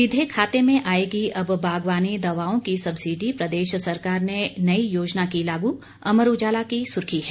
सीधे खाते में आएगी अब बागवानी दवाओं की सब्सिडी प्रदेश सरकार ने नई योजना की लागू अमर उजाला की सुर्खी है